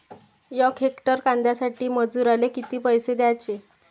यक हेक्टर कांद्यासाठी मजूराले किती पैसे द्याचे?